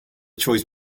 choice